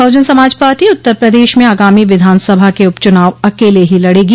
बहुजन Samaj Party Uttar Pradesh में आगामी विधानसभा के उपचुनाव अकेले ही लड़ेगी